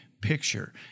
picture